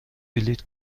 بلیط